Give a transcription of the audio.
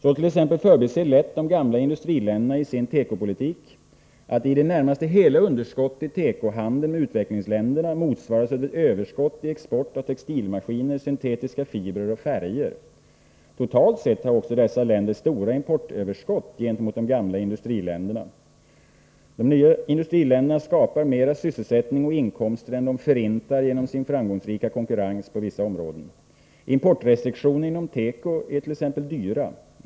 Så t.ex. förbiser lätt de gamla industriländerna i sin tekopolitik att i det närmaste hela underskottet i tekohandeln med utvecklingsländerna motsvaras av ett överskott i export av textilmaskiner, syntetiska fibrer och färger. Totalt sett har dessa länder stora importöverskott gentemot de gamla industriländerna. Dessa skapar mer sysselsättning och inkomster än de förintar genom sin framgångsrika konkurrens på vissa områden. Importrestriktionerna inom teko är t.ex. dyra.